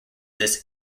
this